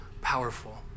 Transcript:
powerful